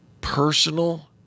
personal